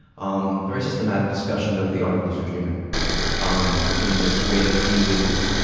um very systematic discussion of the art of lucid dreaming um in this way that fuses